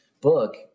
book